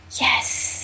Yes